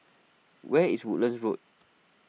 where is Woodlands Road